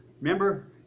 Remember